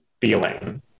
feeling